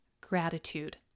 gratitude